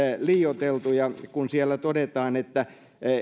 liioiteltuja kun siellä todetaan että